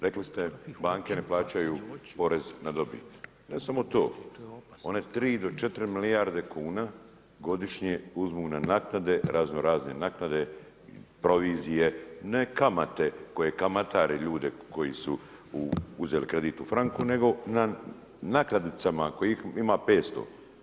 Rekli ste banke ne plaćaju porez na dobit, ne samo to, one 3 do 4 milijarde kuna godišnje uzmu na naknade, raznorazne naknade, provizije, ne kamate koje kamatare ljude, koji su uzeli kredit u franku, nego na naknadicama kojih ima 500.